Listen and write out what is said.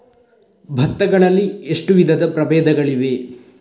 ಭತ್ತ ಗಳಲ್ಲಿ ಎಷ್ಟು ವಿಧದ ಪ್ರಬೇಧಗಳಿವೆ?